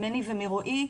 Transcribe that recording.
ממני ומרועי,